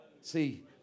See